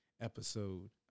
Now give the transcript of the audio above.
episode